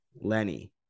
lenny